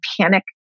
panic